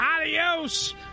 adios